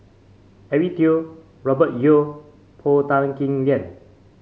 Eric Teo Robert Yeo Paul Tan Kim Liang